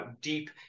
deep